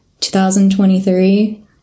2023